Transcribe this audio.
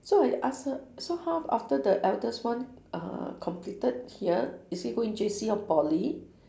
so I ask her so how after the eldest one uh completed here is he going J_C or poly